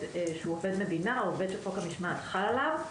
שהוא עובד מדינה או עובד שחוק המשמעת חל עליו.